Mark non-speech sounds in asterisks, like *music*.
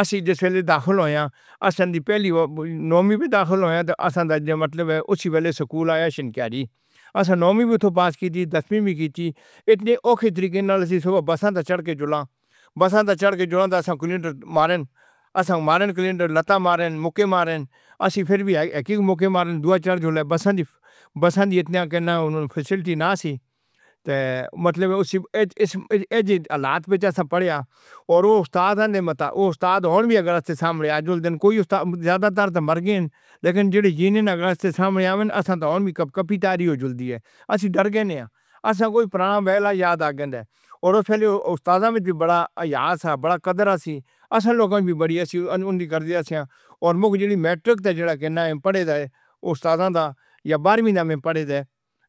اسسی جس ویلے داخل ہویاں، اسساں دی پہلے او نو وی دی داخل ہویا۔ تے اسساں دا مطلب اے، اسسی ویلے سکول آیا شنکیاری.اسساں نووی اوتھوں پاس کیتی، دسویں وی کیتی۔ اتنے اوکھے طریقے نال اسساں بسساں تے چڑ کے جللاں۔ بسساں کے چڑ کے اسساں *unintelligible* مارین۔ اسساں مارے ان کلینڈر، اسساں کی مکے مارے اسسا فر وی اے ہی، مکے مارے ان دوا چڑ جلے۔ بسساں دی، بسساں دی فکیلٹی نہ سی۔ تے! مطلب اے، اے کے اے جئے حالات وچ اسساں پڑھیا۔ اور او استاد نے متا، او استاد ہن وی اگر اساڈے سامنے آ جلدے نین، کوئی استاد، زیادہ طر تے مر گئے ہن لیکن جیڑے جندے نے اسساں سامنے آون، اسساں تے ہن وی کپ کپی طاری ہوئی جولدی اے۔ اسسی ڈر گئے نیاں۔ اسساں کول پرانہ ویلا یاد آگیندا اے۔ اور اس ویلے استادہ دا بڑا حیا سا بڑا قدرآ سی ۔ اسساں لوکاں وچ وی بڑی آ سی۔ *unintelligible* میں جیڑا میٹرک دی جیڑا پڑھدا اے استادا دا، یا باروی دا میں پڑھندا اے۔